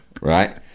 Right